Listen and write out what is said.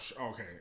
okay